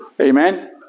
Amen